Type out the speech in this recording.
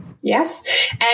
Yes